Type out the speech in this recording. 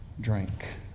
drank